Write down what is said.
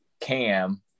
cam